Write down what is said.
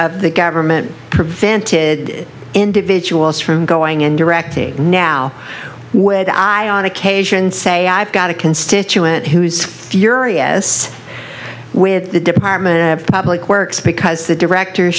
of the government prevented individuals from going in directing now would i on occasion say i've got a constituent who is furious with the department of public works because the director